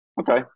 Okay